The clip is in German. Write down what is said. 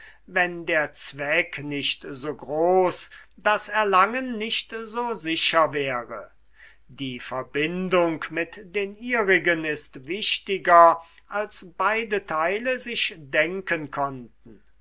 wenn der zweck nicht so groß das erlangen nicht so sicher wäre die verbindung mit den ihrigen ist wichtiger als beide teile sich denken konnten